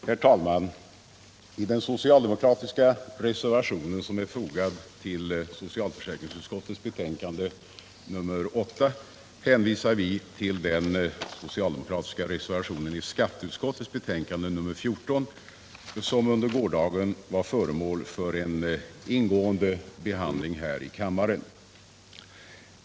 Herr talman! I den socialdemokratiska reservationen, som är fogad till socialförsäkringsutskottets betänkande nr 8, hänvisar vi till den socialdemokratiska reservationen i skatteutskottets betänkande nr 14, som under gårdagen var föremål för en ingående behandling här i kammaren.